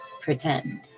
pretend